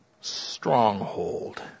stronghold